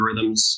algorithms